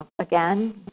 again